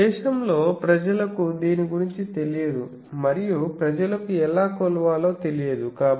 మన దేశంలో ప్రజలకు దీని గురించి తెలియదు మరియు ప్రజలకు ఎలా కొలవాలో తెలియదు